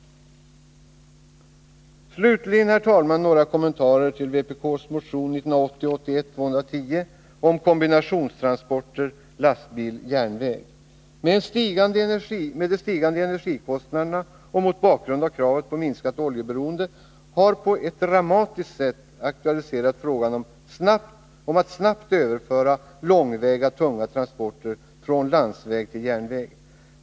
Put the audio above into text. Slutligen, herr talman, några kommentarer till vpk:s motion 1980/81:210 om kombinationstransporter lastbil-järnväg. De stigande energikostnaderna och kravet på minskat oljeberoende har på ett dramatiskt sätt aktualiserat frågan om att snabbt överföra långväga tunga transporter från landsväg till järnväg.